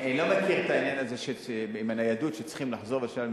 אני לא מכיר את העניין הזה של הניידות שצריכים לחזור ולשלם.